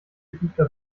geübte